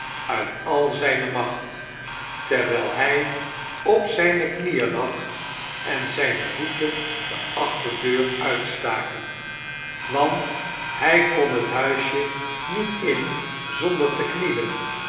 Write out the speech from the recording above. uit al zijne macht terwyl hy op zijne knieen lag en zyne voeten de achterdeur uitstaken want hy kon het huisje niet in zonder te knielen